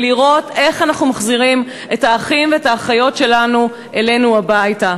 לראות איך אנחנו מחזירים את האחים והאחיות שלנו אלינו הביתה.